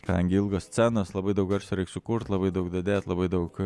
ten gi ilgos scenos labai daug garso reik sukurt labai daug dadėt labai daug